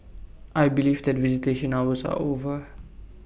I believe that visitation hours are over